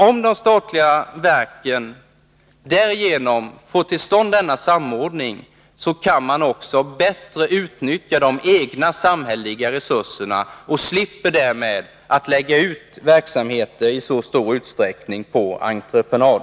Om de statliga verken därigenom får till stånd en samordning, kan man också bättre utnyttja de egna samhälleliga resurserna och slipper därmed att lägga ut verksamheter i så stor utsträckning på entreprenad.